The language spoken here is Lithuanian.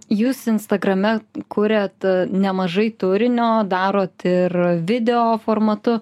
jūs instagrame kuriat nemažai turinio darot ir video formatu